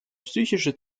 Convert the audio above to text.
psychische